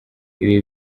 ibi